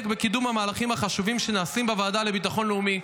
בקידום המהלכים החשובים שנעשים בוועדה לביטחון לאומי,